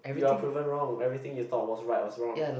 you are proven wrong everything you thought was right was wrong